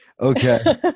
Okay